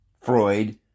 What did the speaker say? Freud